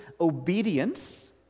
obedience